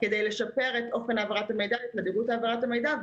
כדי לשפר את אופן העברת המידע ואת תדירות העברת המידע.